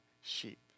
sheep